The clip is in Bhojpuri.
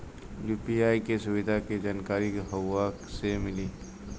यू.पी.आई के सुविधा के जानकारी कहवा से मिली?